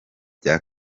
bya